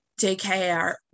JKR